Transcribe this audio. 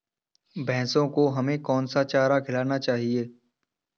भैंसों को हमें कौन सा चारा खिलाना चाहिए?